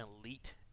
elite